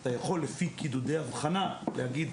אתה יכול לפי קידודי אבחנה להגיד,